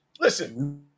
Listen